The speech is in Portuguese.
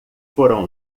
foram